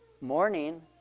Morning